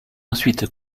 ensuite